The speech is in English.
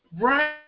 Right